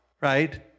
right